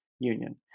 Union